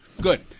Good